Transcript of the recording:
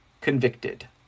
convicted